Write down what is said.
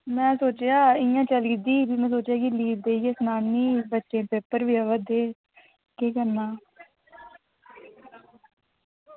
में सोचेआ इ'यां चली जंदी फ्ही सोचेआ लीव देइयै सनानी बच्चें दे पेपर बी आवा दे केह् करना